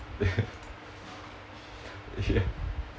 ya